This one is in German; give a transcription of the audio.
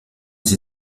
sie